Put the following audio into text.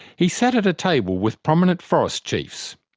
he sat at a table with prominent forest chiefs.